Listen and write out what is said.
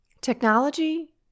Technology